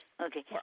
Okay